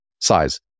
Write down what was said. size